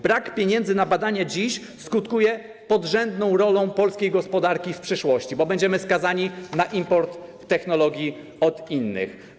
Brak pieniędzy na badania dziś skutkuje podrzędną rolą polskiej gospodarki w przyszłości, bo będziemy skazani na import technologii od innych.